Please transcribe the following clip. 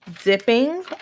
dipping